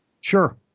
Sure